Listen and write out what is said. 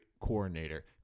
coordinator